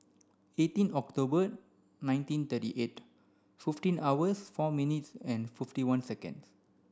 eighteen October nineteen thirty eight fifteen hours four minutes and fifty one seconds